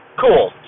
Cool